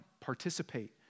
participate